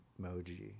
emoji